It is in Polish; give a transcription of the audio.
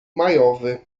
majowy